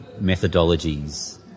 methodologies